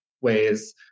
ways